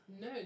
No